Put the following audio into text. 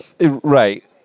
Right